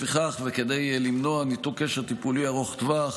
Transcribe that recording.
לפיכך, וכדי למנוע ניתוק קשר טיפולי ארוך טווח